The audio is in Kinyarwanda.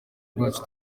bwacu